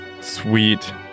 Sweet